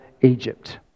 Egypt